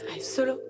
solo